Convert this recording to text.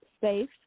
safe